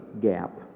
gap